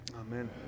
Amen